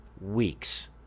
weeks